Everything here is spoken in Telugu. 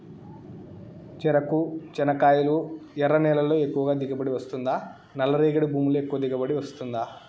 చెరకు, చెనక్కాయలు ఎర్ర నేలల్లో ఎక్కువగా దిగుబడి వస్తుందా నల్ల రేగడి భూముల్లో ఎక్కువగా దిగుబడి వస్తుందా